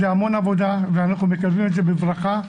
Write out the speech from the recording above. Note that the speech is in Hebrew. זה המון עבודה ואנחנו מקבלים את זה בברכה.